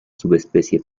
subespecie